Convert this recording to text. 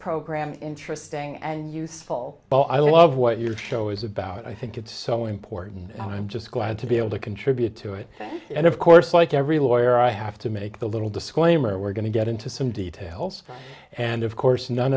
program interesting and useful but i love what your show is about i think it's so important and i'm just glad to be able to contribute to it and of course like every lawyer i have to make the little disclaimer we're going to get into some details and if course none